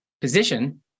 position